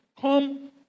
Come